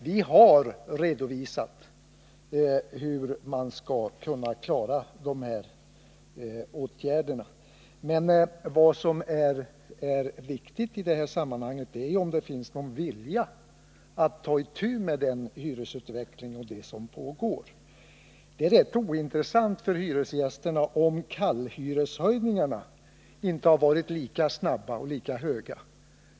Vi har redovisat hur man skall kunna klara de åtgärder som behövs för att stoppa hyreshöjningarna. Det som är viktigt i det här sammanhanget är om det finns någon vilja att ta itu med hyresutvecklingen. Det är rätt ointressant för hyresgästerna om kallhyreshöjningarna inte varit lika snabba och lika höga.